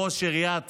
ראש עיריית